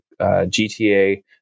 GTA